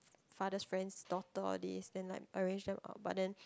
father's friend's daughter all these then like arranged them but then